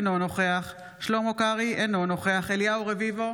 אינו נוכח שלמה קרעי, אינו נוכח אליהו רביבו,